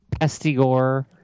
Pestigore